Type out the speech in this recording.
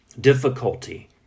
difficulty